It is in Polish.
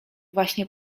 właśnie